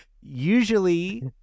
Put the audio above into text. usually